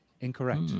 Incorrect